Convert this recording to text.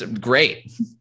great